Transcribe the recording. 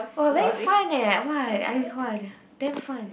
!wah! very fun eh !wah! I !wah! damn fun